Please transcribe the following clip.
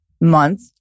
month